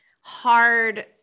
hard